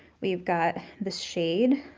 we've got the shade,